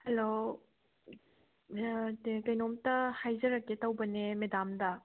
hello ꯀꯩꯅꯣꯝꯇ ꯍꯥꯏꯖꯔꯛꯀꯦ ꯇꯧꯕꯅꯦ ꯃꯦꯗꯥꯝꯗ